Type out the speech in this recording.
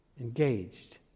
engaged